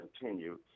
continue